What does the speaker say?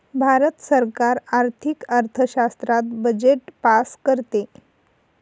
भारत सरकार आर्थिक अर्थशास्त्रात बजेट पास करते